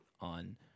on